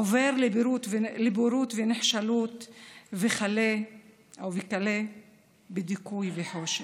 עובר לבורות ונחשלות, וכלה בדיכוי וחושך.